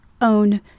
own